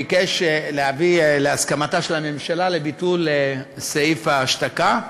ביקש להביא להסכמתה של הממשלה לביטול סעיף ההשתקה,